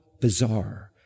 bizarre